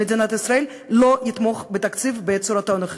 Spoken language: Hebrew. מדינת ישראל לא יתמוך בתקציב בצורתו הנוכחית.